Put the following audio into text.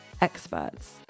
experts